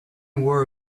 wore